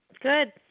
Good